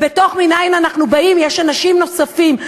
ובתוך "מנין אנחנו באים" יש אנשים נוספים.